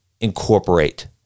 incorporate